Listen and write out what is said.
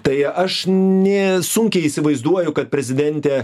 tai aš nė sunkiai įsivaizduoju kad prezidentė